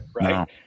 Right